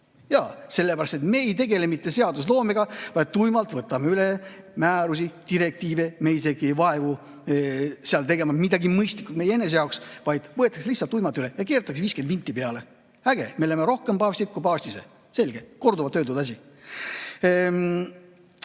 Jaa, me ei tegele mitte seadusloomega, vaid võtame tuimalt üle määrusi ja direktiive, me isegi ei vaevu seal tegema midagi mõistlikku meie enese jaoks, vaid võetakse lihtsalt tuimalt üle ja keeratakse 50 vinti peale. Äge! Me oleme rohkem paavstid kui paavst ise. Selge, korduvalt öeldud asi.